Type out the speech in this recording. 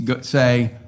say